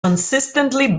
consistently